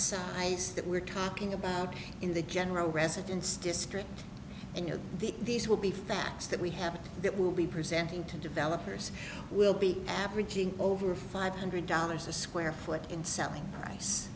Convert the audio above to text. size that we're talking about in the general residence district and you know the these will be facts that we have that will be presenting to developers will be averaging over five hundred dollars a square foot in selling price